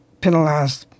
penalized